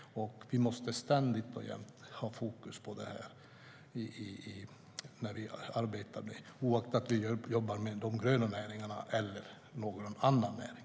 Vi måste ständigt och jämt ha fokus på det när vi arbetar, oaktat om det gäller de gröna näringarna eller någon annan näring.